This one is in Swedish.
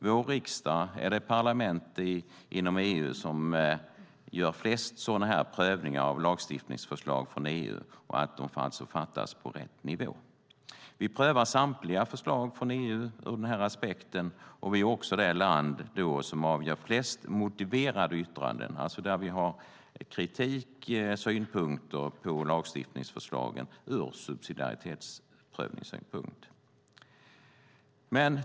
Vår riksdag är det parlament inom EU som gör flest prövningar av om lagstiftningsförslag från EU fattas på rätt nivå. Vi prövar samtliga förslag från EU ur den aspekten. Sverige är också det land som avger flest motiverade yttranden med kritik och synpunkter på lagstiftningsförslagen ur subsidiaritetsprövningssynpunkt.